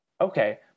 Okay